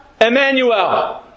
Emmanuel